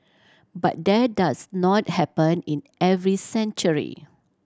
but that does not happen in every century